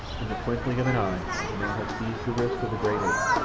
in the twinkling of an eye the man had seized the wrist of the great ape,